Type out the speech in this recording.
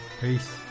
Peace